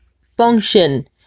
function